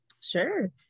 sure